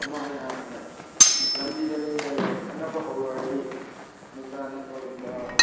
ꯑꯃꯅ ꯂꯥꯏꯛ ꯂꯝꯕꯤꯗ ꯃꯤꯅ ꯂꯥꯏꯛ ꯈꯠꯅꯕ ꯍꯧꯔꯛꯑꯗꯤ ꯃꯆꯥ ꯅꯨꯄꯥꯒꯨꯝꯕ